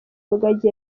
rugagi